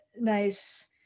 nice